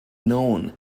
known